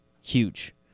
huge